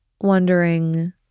wondering